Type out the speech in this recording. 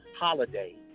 holiday